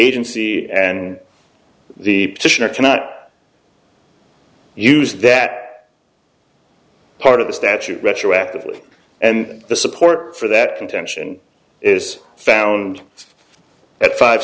agency and the position are to not use that part of the statute retroactively and the support for that contention is found at five